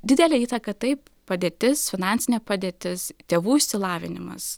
didelę įtaką taip padėtis finansinė padėtis tėvų išsilavinimas